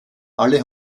alle